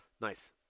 Nice